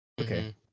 Okay